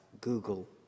Google